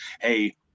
Hey